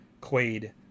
Quaid